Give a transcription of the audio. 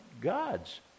God's